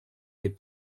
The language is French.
les